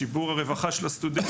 לשיפור הרווחה של הסטודנט.